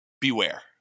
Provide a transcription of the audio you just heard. beware